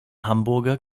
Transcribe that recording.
hamburger